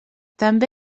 també